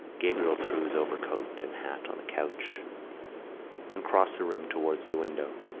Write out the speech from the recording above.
gabriel threw his overcoat and hat on a couch and crossed the room towards the window.